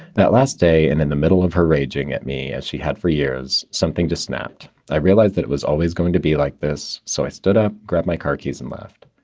that last day and in the middle of her raging at me as she had for years, something just snapped. i realized that it was always going to be like this. so i stood up, grabbed my car keys and left.